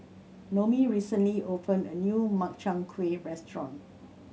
Noemie recently opened a new Makchang Gui restaurant